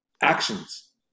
actions